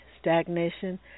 stagnation